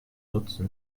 nutzen